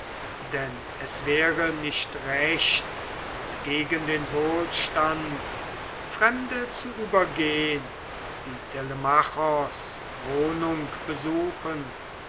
denn es wäre nicht recht und gegen den wohlstand fremde zu übergehn die telemachos wohnung besuchen